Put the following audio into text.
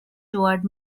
towards